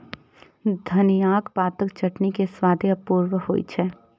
धनियाक पातक चटनी के स्वादे अपूर्व होइ छै